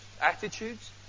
attitudes